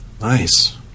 Nice